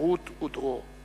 חירות ודרור".